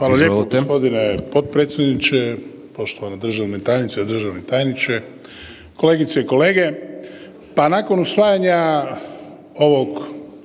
Hvala lijepo gospodine potpredsjedniče. Poštovana državna tajnice, državni tajniče, kolegice i kolege, pa nakon usvajanja ovog